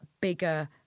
bigger